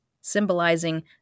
symbolizing